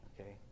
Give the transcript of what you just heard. okay